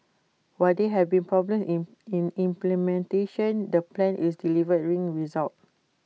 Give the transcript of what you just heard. while there have been problem in implementation the plan is delivering results